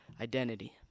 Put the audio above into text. identity